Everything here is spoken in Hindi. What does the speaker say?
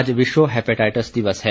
आज विश्व हेपेटाइटिस दिवस है